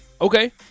Okay